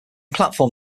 platform